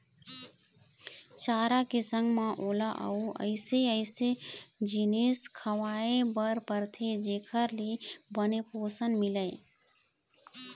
चारा के संग म ओला अउ अइसे अइसे जिनिस खवाए बर परथे जेखर ले बने पोषन मिलय